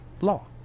law